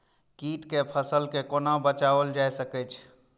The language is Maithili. कीट से फसल के कोना बचावल जाय सकैछ?